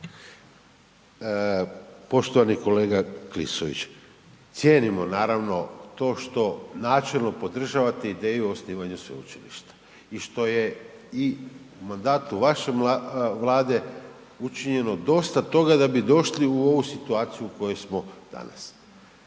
Poštovani kolega Klisović, cijenimo naravno to što načelno podržavate ideju o osnivanju sveučilišta i što je i u mandatu vaše Vlade učinjeno dosta toga da bi došli u ovu situaciju u kojoj smo danas.